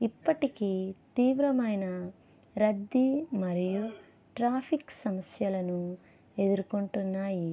ఇప్పటికి తీవ్రమైన రద్దీ మరియు ట్రాఫిక్ సమస్యలను ఎదురుకుంటున్నాయి